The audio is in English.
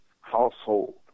household